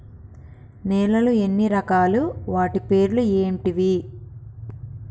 నేలలు ఎన్ని రకాలు? వాటి పేర్లు ఏంటివి?